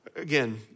Again